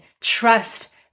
trust